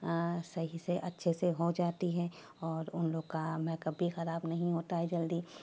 سہی سے اچھے سے ہو جاتی ہے اور ان لوگ کا میک اپ بھی خراب نہیں ہوتا ہے جلدی